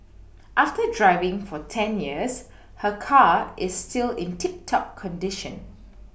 after driving for ten years her car is still in tip top condition